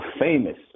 famous